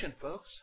folks